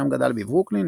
שם גדל בברוקלין,